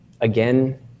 Again